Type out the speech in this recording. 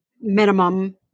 minimum